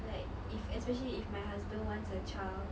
like if especially if my husband wants a child